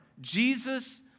Jesus